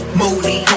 moody